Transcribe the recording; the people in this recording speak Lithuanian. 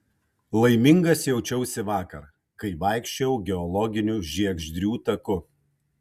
laimingas jaučiausi vakar kai vaikščiojau geologiniu žiegždrių taku